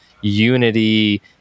unity